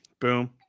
boom